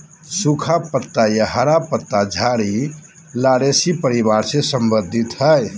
सुखा पत्ता या हरा झाड़ी लॉरेशी परिवार से संबंधित हइ